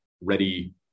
ready